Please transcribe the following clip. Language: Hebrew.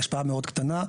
היא השפעה מאוד קטנה.